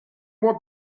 what